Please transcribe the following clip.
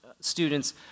students